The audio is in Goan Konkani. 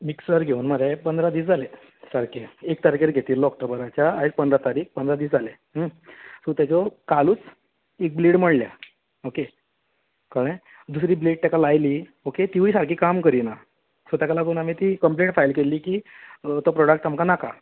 मिक्सर घेवन मरें पंदरा दीस जालें सारकें एक तारखेर घेतिल्लो ऑक्टोबराच्या आयज पंदरा तारीख पंदरा दीस जालें सो तेजो कालूच एक ब्लेड मोडल्या ओके कळ्ळे दुसरी ब्लेड तेका लायली ओके तिवूय सारकी काम करिना सो तेका लागून आमी ती कंप्लेन फायल केल्ली की तो प्रोडक्ट आमकां नाका